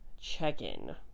check-in